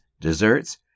desserts